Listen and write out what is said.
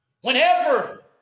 Whenever